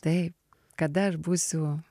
taip kada aš būsiu